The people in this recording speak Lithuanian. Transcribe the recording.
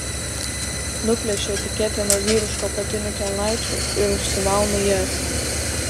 nuplėšiu etiketę nuo vyriškų apatinių kelnaičių ir užsimaunu jas